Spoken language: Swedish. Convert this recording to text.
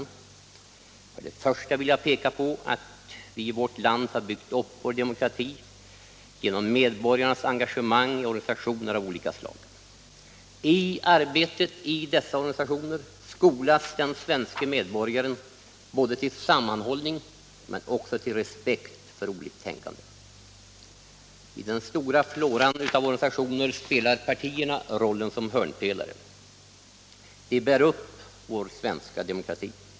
Till att börja med vill jag peka på hur vi i vårt land har byggt upp demokratin genom medborgarnas engagemang i organisationer av olika slag. I arbetet i dessa organisationer skolas den svenske medborgaren till sammanhållning men också till respekt för oliktänkande. I den stora floran av organisationer spelar partierna rollen som hörnpelare. De bär upp vår svenska demokrati.